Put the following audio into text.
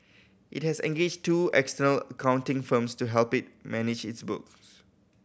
it has engaged two external accounting firms to help it manage its books